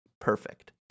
Perfect